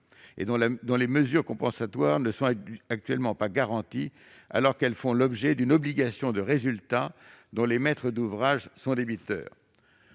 de vie. Les mesures compensatoires ne sont actuellement pas garanties, alors qu'elles font l'objet d'une obligation de résultat dont les maîtres d'ouvrage sont débiteurs.